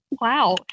Wow